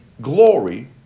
glory